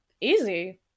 easy